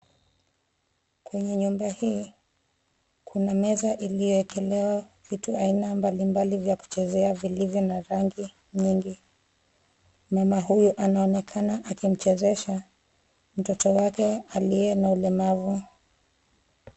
Kwenye nyumba hii kuna meza iliyowekelewa vitu aina mbalimbali vya kuchezea vilivyo na rangi nyingi. Mama huyu anaonekana akimchezesha mtoto wake aliye na ulemavu.